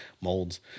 molds